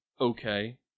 okay